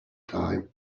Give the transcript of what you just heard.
time